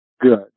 good